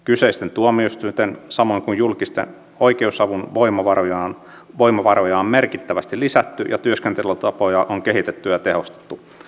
kyseisten tuomioistuinten samoin kuin julkisen oikeusavun voimavaroja on merkittävästi lisätty ja työskentelytapoja on kehitetty ja tehostettu